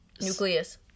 Nucleus